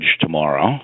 tomorrow